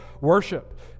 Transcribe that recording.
worship